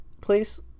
Please